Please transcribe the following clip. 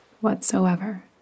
whatsoever